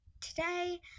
today